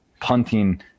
punting